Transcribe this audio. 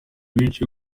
benshi